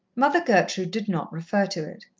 mother gertrude did not refer to it.